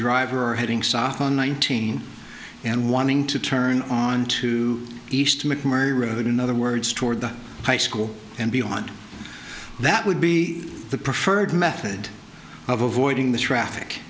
driver are heading south on nineteen and wanting to turn onto east mcmurry road in other words toward the high school and beyond that would be the preferred method of avoiding the traffic